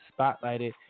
spotlighted